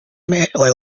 mirkli